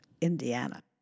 Indiana